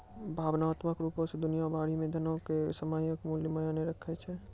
भावनात्मक रुपो से दुनिया भरि मे धनो के सामयिक मूल्य मायने राखै छै